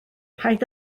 paid